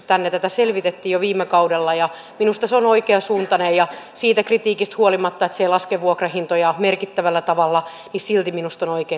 tätä selvitettiin jo viime kaudella ja minusta se on oikeansuuntainen ja siitä kritiikistä huolimatta että se ei laske vuokrahintoja merkittävällä tavalla on minusta silti oikein että toitte tämän